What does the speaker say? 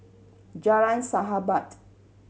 Jalan Sahabat